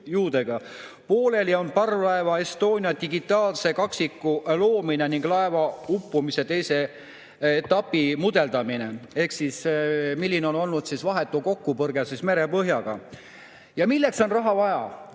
Pooleli on parvlaev Estonia digitaalse kaksiku loomine ning laeva uppumise teise etapi mudeldamine[, et uurida], milline oli vahetu kokkupõrge merepõhjaga. Ja milleks on raha vaja?